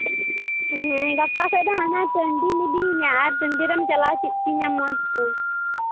ᱜᱟᱯᱟ ᱠᱷᱚᱱ ᱫᱚ ᱦᱟᱱᱟ ᱴᱟᱺᱰᱤᱧ ᱤᱫᱤᱧᱟ ᱟᱨ ᱴᱟᱺᱰᱤ ᱨᱮᱢ ᱪᱟᱞᱟᱣ ᱪᱮᱫ ᱦᱚᱪᱚᱧᱟ ᱢᱚᱡᱽ ᱛᱮ